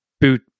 boot